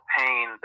pain